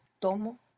tomo